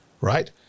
right